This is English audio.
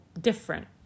different